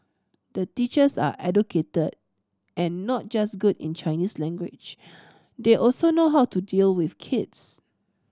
the teachers are educated and not just good in Chinese language they also know how to deal with kids